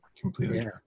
Completely